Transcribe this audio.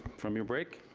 from your break.